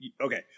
okay